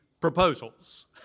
proposals